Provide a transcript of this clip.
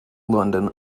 london